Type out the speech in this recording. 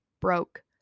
broke